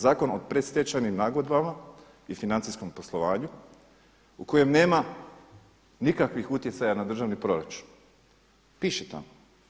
Zakon o predstečajnim nagodbama i financijskom poslovanju u kojem nema nikakvih utjecaja na državni proračun, piše tamo.